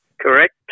Correct